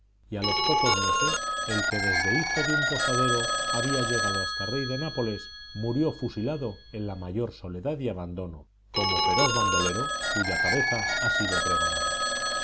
y a los pocos meses el que desde hijo de un posadero había llegado hasta rey de nápoles murió fusilado en la mayor soledad y abandono como feroz bandolero cuya cabeza ha sido pregonada